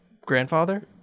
grandfather